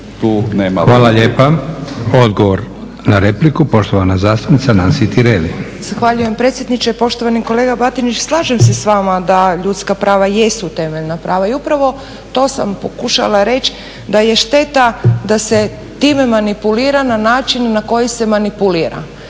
Hvala lijepa. Odgovor na repliku, poštovana zastupnica Nansi Tireli.